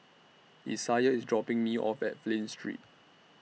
Isiah IS dropping Me off At Flint Street